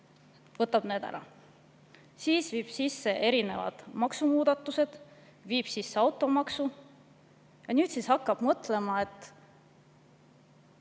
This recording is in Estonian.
võtab need ära, viib sisse erinevad maksumuudatused, viib sisse automaksu ja siis hakkab mõtlema, et